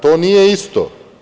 To nije isto.